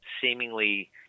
seemingly